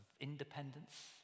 independence